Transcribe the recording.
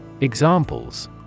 Examples